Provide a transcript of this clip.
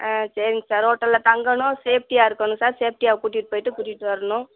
ஆ சரிங்க சார் ஹோட்டலில் தங்கணும் சேஃப்டியாக இருக்கணும் சார் சேஃப்டியாக கூட்டிட்டு போகிட்டு கூட்டிட்டு வரணும்